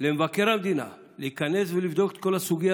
למבקר המדינה להיכנס ולבדוק את כל הסוגיה